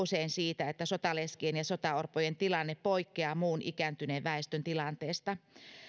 usein siitä että sotaleskien ja sotaorpojen tilanne poikkeaa muun ikääntyneen väestön tilanteesta